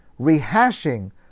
rehashing